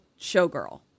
showgirl